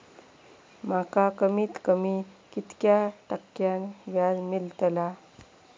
माका कमीत कमी कितक्या टक्क्यान व्याज मेलतला?